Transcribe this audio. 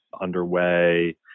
underway